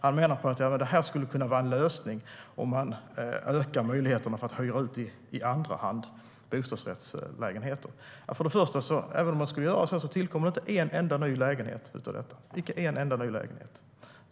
Han säger att det skulle kunna vara en lösning att man ökar möjligheterna att hyra ut bostadsrättslägenheter i andra hand. Även om man skulle göra det tillkommer det inte en enda ny lägenhet.